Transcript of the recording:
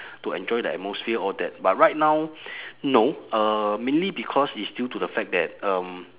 to enjoy the atmosphere all that but right now no uh mainly because it's due to the fact that um